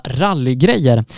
rallygrejer